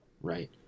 Right